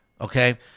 Okay